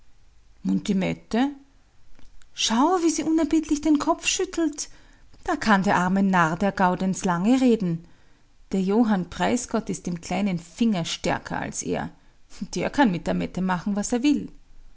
und die mette schau wie sie unerbittlich den kopf schüttelt da kann der arme narr der gaudenz lange reden der johann preisgott ist im kleinen finger stärker als er der kann mit der mette machen was er will